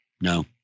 No